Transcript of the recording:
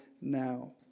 now